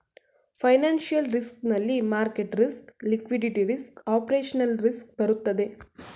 financial risk ನಲ್ಲಿ market risk, liquidity risk, operational risk ಬರುತ್ತದೆ